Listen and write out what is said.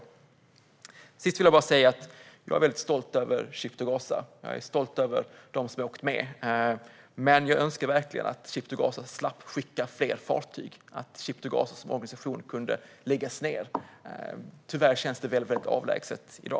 Till sist vill jag säga att jag är väldigt stolt över Ship to Gaza och över dem som har åkt med. Men jag önskar verkligen att Ship to Gaza skulle slippa att skicka fler fartyg. Jag önskar att Ship to Gaza som organisation kunde läggas ned. Tyvärr känns detta väldigt avlägset i dag.